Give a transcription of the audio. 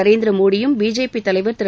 நரேந்திரமோடியும் பிஜேபி தலைவர் திரு